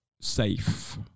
safe